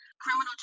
Criminal